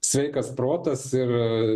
sveikas protas ir